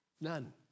None